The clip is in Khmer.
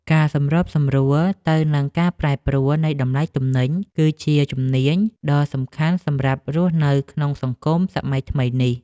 ការសម្របខ្លួនទៅនឹងការប្រែប្រួលនៃតម្លៃទំនិញ គឺជាជំនាញដ៏សំខាន់សម្រាប់រស់នៅក្នុងសង្គមសម័យថ្មីនេះ។